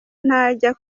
ntajya